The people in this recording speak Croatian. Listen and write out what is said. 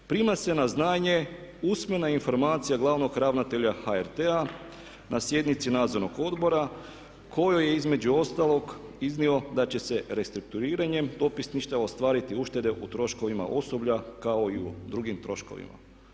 Prima se na znanje usmena informacija glavnog ravnatelja HRT-a na sjednici Nadzornog odbora kojoj je između ostalog iznio da će se restrukturiranjem dopisništva ostvariti uštede u troškovima osoblja kao i u drugim troškovima.